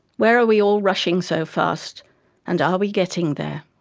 where are we all rushing so fast and are we getting there?